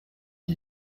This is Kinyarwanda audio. iki